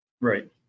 Right